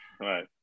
Right